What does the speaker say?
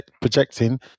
projecting